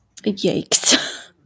Yikes